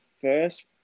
first